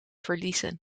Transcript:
verliezen